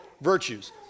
virtues